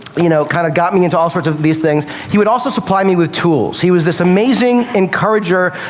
you know, kind of got me into all sorts of these things. he would also supply me with tools. he was this amazing encourager,